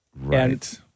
Right